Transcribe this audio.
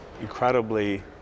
incredibly